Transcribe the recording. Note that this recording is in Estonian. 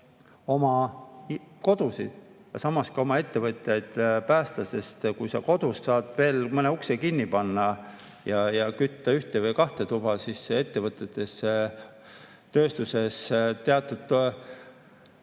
oma kodusid ja samas ka oma ettevõtjaid päästa. Kui sa kodus saad veel mõne ukse kinni panna ja kütta ühte või kahte tuba, siis ettevõtetes, tööstuses teatud